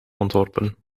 ontworpen